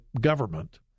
government